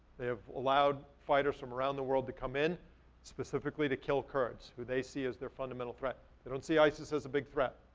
they have allowed fighters from around the world to come in specifically to kill kurds who they see as their fundamental threat. they don't see isis as a big threat.